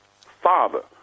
father